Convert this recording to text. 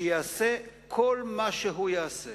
שיעשה כל מה שהוא יעשה